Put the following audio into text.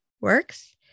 works